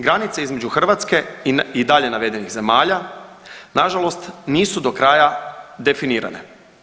Granica između Hrvatske i dalje navedenih zemalja nažalost nisu do kraja definirane.